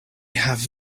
have